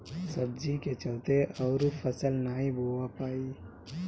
सब्जी के चलते अउर फसल नाइ बोवा पाई